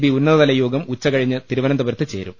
B ഉന്നതതലയോഗം ഉച്ചകഴിഞ്ഞ് തിരുവനന്തപുരത്ത് ചേരും